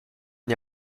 n’y